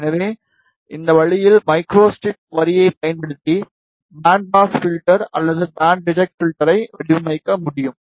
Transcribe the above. எனவே இந்த வழியில் மைக்ரோஸ்ட்ரிப் வரியைப் பயன்படுத்தி பேண்ட் பாஸ் பில்டர் அல்லது பேண்ட் ரிஜெக்ட் பில்டர் யை வடிவமைக்க முடியும்